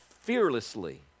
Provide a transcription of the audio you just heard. fearlessly